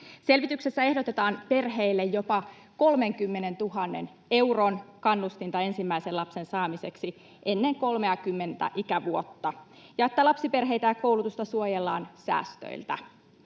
Selvityksessä ehdotetaan perheille jopa 30 000 euron kannustinta ensimmäisen lapsen saamiseksi ennen 30:tä ikävuotta ja sitä, että lapsiperheitä ja koulutusta suojellaan säästöiltä.